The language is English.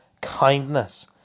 kindness